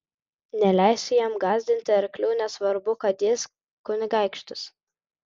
neleisiu jam gąsdinti arklių nesvarbu kad jis kunigaikštis